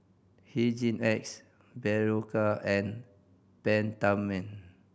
Hygin X Berocca and Peptamen